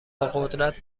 قدرت